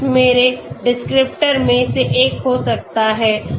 x मेरे descriptor में से एक हो सकता है